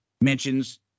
mentions